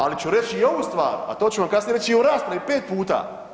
Ali ću reći i ovu stvar a to ću vam kasnije reći i u raspravu pet puta.